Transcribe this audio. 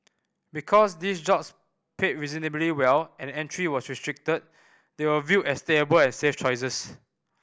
because these jobs paid reasonably well and entry was restricted they were viewed as stable and safe choices